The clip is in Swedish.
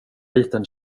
liten